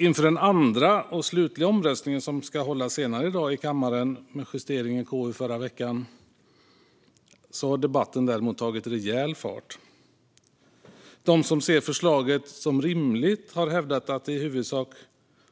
Inför den andra och slutliga omröstningen som ska hållas i kammaren senare i dag, med justering i KU förra veckan, har debatten däremot tagit rejäl fart. De som ser förslaget som rimligt har hävdat att det i huvudsak